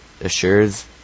assures